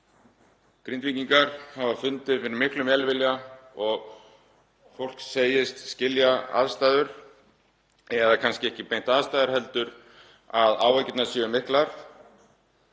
Grindvíkingar hafa fundið fyrir miklum velvilja og fólk segist skilja aðstæður eða kannski ekki beint aðstæður heldur skilur að áhyggjurnar séu miklar.